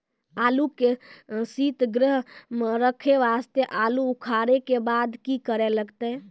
आलू के सीतगृह मे रखे वास्ते आलू उखारे के बाद की करे लगतै?